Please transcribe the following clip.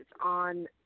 on